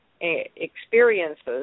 experiences